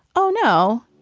oh, no,